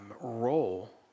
role